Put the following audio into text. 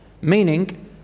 Meaning